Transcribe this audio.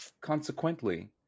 Consequently